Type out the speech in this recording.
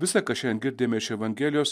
visa ką šiandien girdime iš evangelijos